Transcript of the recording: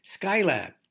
Skylab